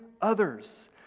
others